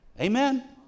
Amen